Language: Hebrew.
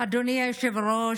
אדוני היושב-ראש,